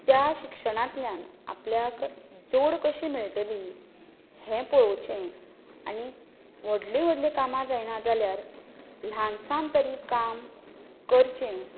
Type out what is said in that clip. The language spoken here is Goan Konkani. त्या शिक्षणांतल्यान आपल्याक जोड कशी मेळटली हें पळोवचें आनी व्हडली व्हडली कामां जायना जाल्यार ल्हान सान तरी काम करचें